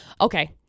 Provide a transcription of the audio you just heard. okay